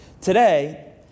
Today